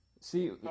See